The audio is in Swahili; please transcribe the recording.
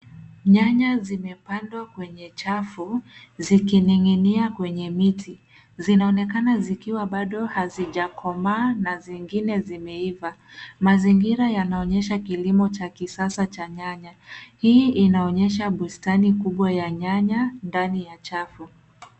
Nyanya zimepandwa kwenye chafu zikining'inia kwenye miti. Zinaonekana zikiwa bado hazijakomaa na zingine zimeiva. Mazingira yanaonyesha kilimo cha kisasa cha nyanya. Hii inaonyesha bustani kubwa ya nyanya ndani ya chafu.